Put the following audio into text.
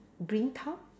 green top